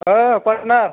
ओ पार्टनार